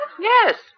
Yes